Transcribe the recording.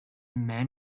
man